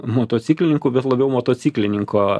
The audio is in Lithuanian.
motociklininkų bet labiau motociklininko